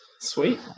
Sweet